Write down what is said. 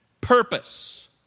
purpose